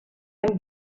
hem